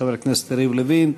חבר הכנסת יריב לוין,